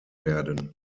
werden